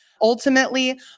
Ultimately